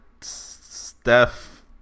Steph